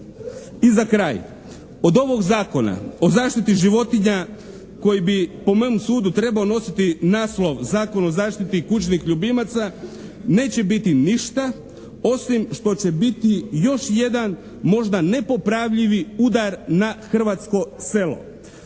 I za kraj, od ovog Zakona o zaštiti životinja koji bi po mom sudu trebao nositi naslov Zakon o zaštiti kućnih ljubimaca neće biti ništa osim što će biti još jedan možda nepopravljivi udar na hrvatsko selo.